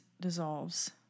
dissolves